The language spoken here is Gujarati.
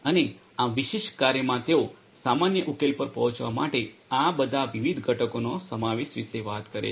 અને આ વિશિષ્ટ કાર્યમાં તેઓ સામાન્ય ઉકેલ પર પહોંચવા માટે આ બધા વિવિધ ઘટકોના સમાવેશ વિશે વાત કરે છે